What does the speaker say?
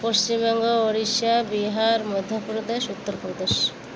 Paschimbanga Odisha Bihar Madhya Pradesh Uttar Pradesh